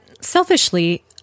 selfishly